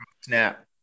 Snap